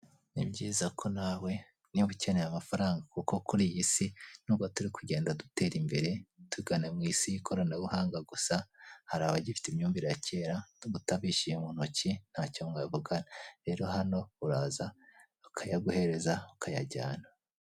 Ni byiza ko nawe niba ukeneye amafaranga, kuko kuri iyi si nubwo turi kugenda dutera imbere tugane mwisi y'ikoranabuhanga gusa hari abagifite imyumvire ya kera ngo utamwishyuye mu ntoki ntacyo mwavuga, rero hano uraza tukayaguhereza ukayajyana.